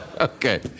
Okay